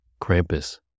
Krampus